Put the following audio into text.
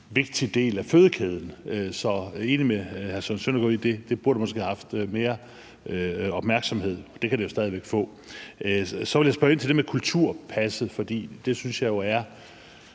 vigtig del af fødekæden. Så jeg er enig med hr. Søren Søndergaard i, at det måske burde have haft mere opmærksomhed. Det kan det jo stadig væk få. Så vil jeg spørge ind til det med kulturpasset, for jeg synes jo, det er